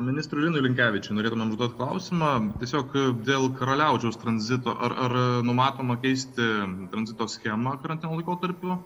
ministrui linui linkevičiui norėtumėm užduot klausimą tiesiog dėl karaliaučiaus tranzito ar ar numatoma keisti tranzito schemą karantino laikotarpiu